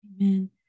amen